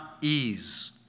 ease